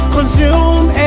Consume